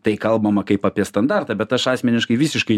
tai kalbama kaip apie standartą bet aš asmeniškai visiškai